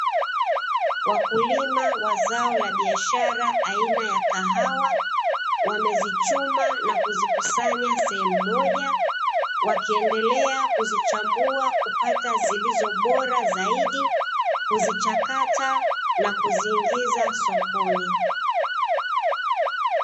Wakulima wa zao la biashara aina ya kahawa, wamezichuma na kuzikusanya sehemu moja, wakiendelea kuzichambua ili, kupata zilizo bora zaidi, kuzichakata na kuziingiza sokoni.